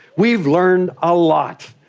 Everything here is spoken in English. we've learned a lot.